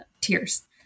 tears